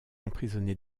emprisonné